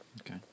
Okay